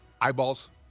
Eyeballs